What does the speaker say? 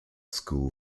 school